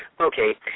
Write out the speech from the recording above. Okay